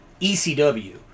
ECW